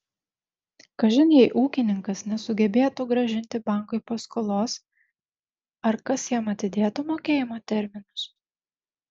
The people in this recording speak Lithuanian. kažin jei ūkininkas nesugebėtų grąžinti bankui paskolos ar kas jam atidėtų mokėjimo terminus